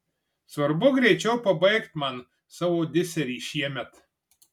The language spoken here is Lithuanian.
svarbu greičiau pabaigt man savo diserį šiemet